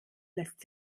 lässt